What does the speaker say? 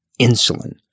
insulin